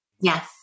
Yes